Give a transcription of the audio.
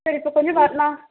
sir இப்போ கொஞ்ச வரனா